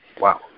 Wow